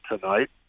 tonight